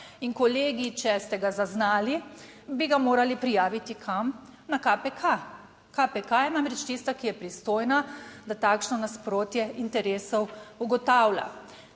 in, kolegi, če ste ga zaznali, bi ga morali prijaviti kam? Na KPK. KPK je namreč tista, ki je pristojna, da takšno nasprotje interesov ugotavlja.